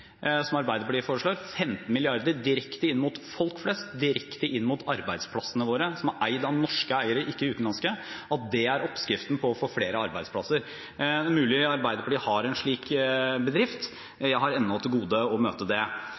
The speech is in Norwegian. som Arbeiderpartiet foreslår, 15 mrd. kr direkte inn mot folk flest, direkte inn mot arbeidsplassene våre som er eid av norske eiere, ikke utenlandske, det er oppskriften på å få flere arbeidsplasser. Det er mulig Arbeiderpartiet har en slik bedrift. Jeg har ennå til gode å møte